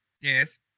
Yes